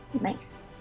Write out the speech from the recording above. Nice